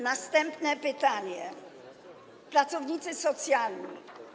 Następne pytanie - pracownicy socjalni.